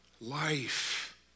life